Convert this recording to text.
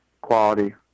quality